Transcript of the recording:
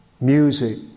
music